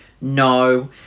No